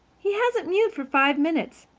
he hasn't mewed for five minutes.